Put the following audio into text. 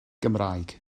cymraeg